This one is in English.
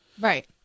Right